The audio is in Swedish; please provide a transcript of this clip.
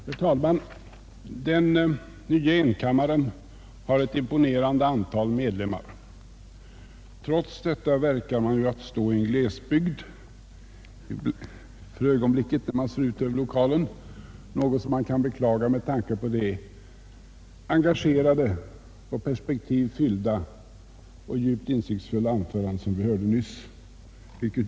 Herr talman! Den nya enkammaren har ett imponerande antal ledamöter. Trots detta tycker man sig ju stå i en glesbygd för ögonblicket, när man ser ut över lokalen — något som man kan beklaga med tanke på det engagerade, på perspektiv fyllda och djupt insiktsfulla anförande som vi nyss hörde.